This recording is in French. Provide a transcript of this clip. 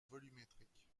volumétrique